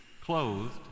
clothed